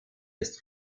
des